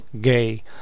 gay